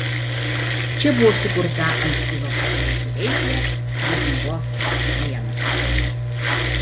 čia buvo sukurta ankstyva kukurūzų veislė dotnuvos l